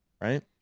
right